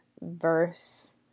verse